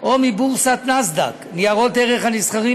או מבורסת נאסד"ק ניירות ערך הנסחרים